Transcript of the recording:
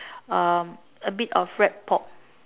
um a bit of rap pop